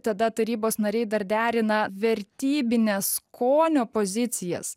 tada tarybos nariai dar derina vertybines skonio pozicijas